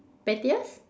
pettiest